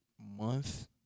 month